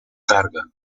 carga